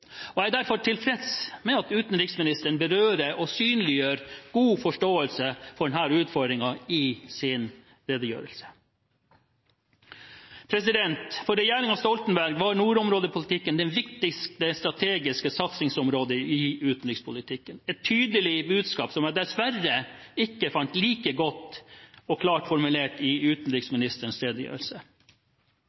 Jeg er derfor tilfreds med at utenriksministeren berører – og synliggjør god forståelse for – denne utfordringen i sin redegjørelse. For regjeringen Stoltenberg var nordområdepolitikken det viktigste strategiske satsingsområdet i utenrikspolitikken, et tydelig budskap som jeg dessverre ikke fant like godt og klart formulert i utenriksministerens redegjørelse.